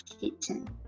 Kitchen